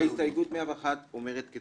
ההסתייגות ה-101, אני